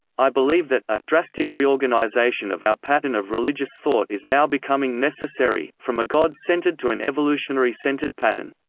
i believe that ah drastic reorganization of our pattern of religious thought is now becoming necessary, from a god-centered to an evolutionary-centered pattern.